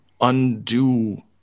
undo